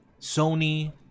Sony